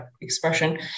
expression